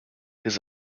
his